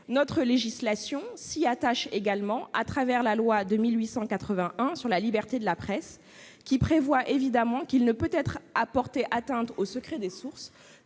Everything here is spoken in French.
Notre législation s'y attache également, au travers de la loi de 1881 sur la liberté de la presse, aux termes de laquelle il ne peut être porté atteinte au secret des sources